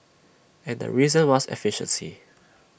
and the reason was efficiency